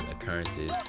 occurrences